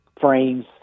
frames